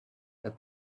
and